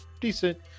decent